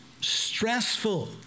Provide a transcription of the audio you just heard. stressful